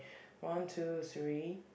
one two three